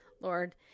Lord